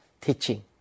teaching